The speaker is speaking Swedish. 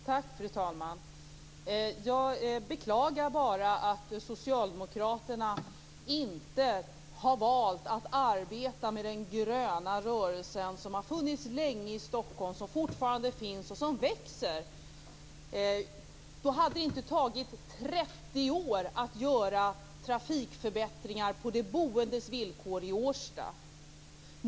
Fru talman! Jag beklagar bara att Socialdemokraterna inte har valt att arbeta med den gröna rörelse som länge har funnits i Stockholm och som fortfarande finns och som växer. Då hade det inte tagit 30 år att göra trafikförbättringar på de boendes villkor i Årsta.